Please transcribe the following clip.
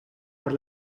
per